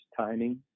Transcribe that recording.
timing